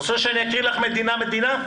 את רוצה אני אקריא לך מדינה מדינה?